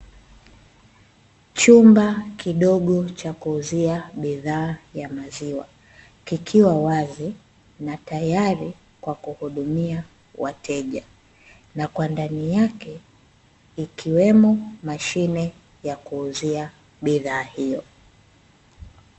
Chumba kidogo cha kuuzia bidhaa ya maziwa, kikiwa wazi na tayari kwa kuhudumia wateja, na kwa ndani yake ikiwemo mashine ya kuuzia bidhaa hiyo.